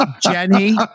Jenny